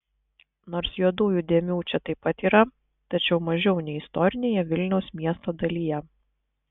nors juodųjų dėmių čia taip pat yra tačiau mažiau nei istorinėje vilniaus miesto dalyje